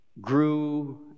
grew